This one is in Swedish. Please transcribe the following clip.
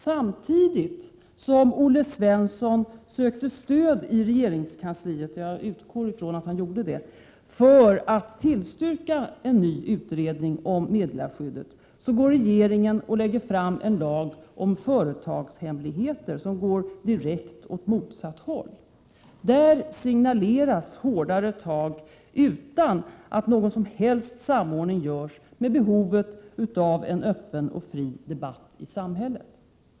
Samtidigt som Olle Svensson sökte stöd i regeringskansliet — jag utgår ifrån att han gjorde det — för att tillstyrka en ny utredning om meddelarskyddet, lägger regeringen fram ett förslag till lag om företagshemligheter som går direkt åt motsatt håll. Där signaleras hårdare tag, utan att någon som helst samordning görs med behovet av en öppen och fri debatt i samhället.